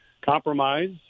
compromise